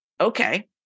okay